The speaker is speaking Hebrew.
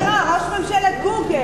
ראש ממשלת "גוגל".